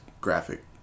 graphic